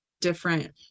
different